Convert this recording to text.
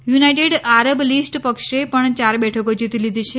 United Arab List પક્ષે પણ યાર બેઠકો જીતી લીધી છે